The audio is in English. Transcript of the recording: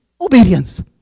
obedience